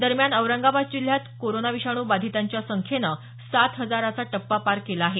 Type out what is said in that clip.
दरम्यान औरंगाबाद जिल्ह्यात कोरोना विषाणू बाधितांच्या संख्येनं सात हजाराचा टप्पा पार केला आहे